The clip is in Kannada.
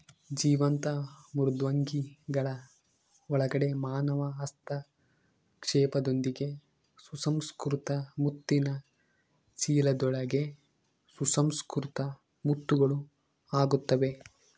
ಜೀವಂತ ಮೃದ್ವಂಗಿಗಳ ಒಳಗಡೆ ಮಾನವ ಹಸ್ತಕ್ಷೇಪದೊಂದಿಗೆ ಸುಸಂಸ್ಕೃತ ಮುತ್ತಿನ ಚೀಲದೊಳಗೆ ಸುಸಂಸ್ಕೃತ ಮುತ್ತುಗಳು ಆಗುತ್ತವೆ